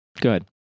Good